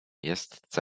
jest